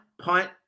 punt